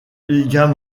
bingham